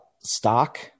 stock